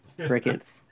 Crickets